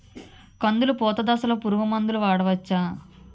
కందులు పూత దశలో పురుగు మందులు వాడవచ్చా?